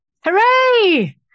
Hooray